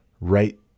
right